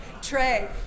Trey